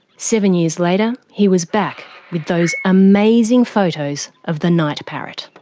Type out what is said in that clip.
seven years later he was back with those amazing photos of the night parrot.